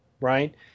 right